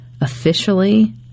officially